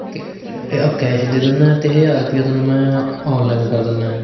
ਕੈ ਕੈਸ਼ ਦੇ ਦਿੰਦਾ ਅਤੇ ਹਜ਼ਾਰ ਰੁਪਈਆ ਤੁਹਾਨੂੰ ਮੈਂ ਔਨਲਾਈਨ ਕਰ ਦਿੰਦਾ